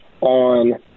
on